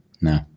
No